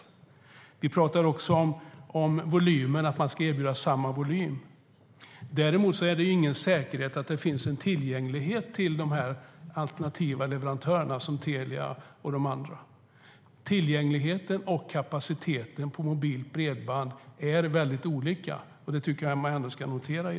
Vi pratar också om att samma volym ska erbjudas. Däremot är det inte säkert att de alternativa leverantörerna, som Telia och de andra, är tillgängliga. Tillgängligheten till och kapaciteten för mobilt bredband är väldigt olika. Det tycker jag ändå ska noteras.